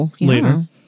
later